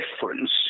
difference